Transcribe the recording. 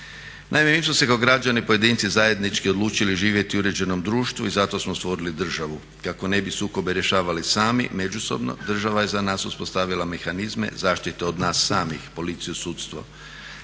Naime, mi smo se kao građani, pojedinci zajednički odlučili živjeti u uređenom društvu i zato smo stvorili državu kako ne bi sukobe rješavali sami, međusobno, država je za nas uspostavila mehanizme zaštite od nas samih, policiju, sudstvo.